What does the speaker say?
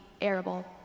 arable